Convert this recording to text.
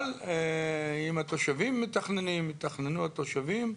אבל אם התושבים מתכננים שיתכננו התושבים.